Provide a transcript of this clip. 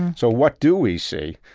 so what do we see?